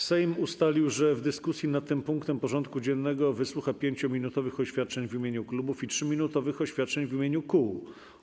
Sejm ustalił, że w dyskusji nad tym punktem porządku dziennego wysłucha 5-minutowych oświadczeń w imieniu klubów i 3-minutowych oświadczeń w imieniu kół.